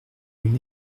une